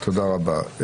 תודה רבה.